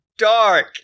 dark